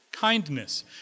kindness